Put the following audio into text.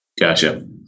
gotcha